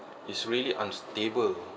it's really unstable